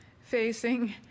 facing